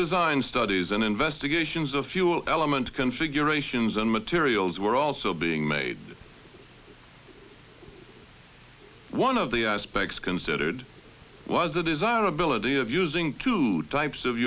design studies and investigations of fuel element configurations and materials were also being made one of the aspects considered was the desirability of using two types of